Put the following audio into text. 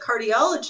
cardiology